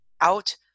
out